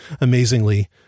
amazingly